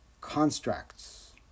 constructs